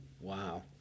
Wow